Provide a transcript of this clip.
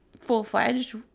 full-fledged